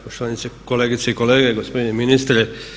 Poštovane kolegice i kolege, gospodine ministre.